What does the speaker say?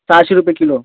सहाशे रुपये किलो